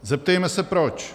Zeptejme se proč.